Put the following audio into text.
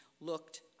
looked